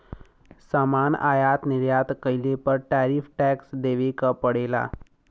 सामान आयात निर्यात कइले पर टैरिफ टैक्स देवे क पड़ेला